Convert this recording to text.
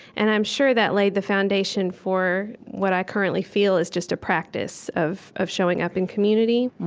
and i'm sure that laid the foundation for what i currently feel is just a practice of of showing up in community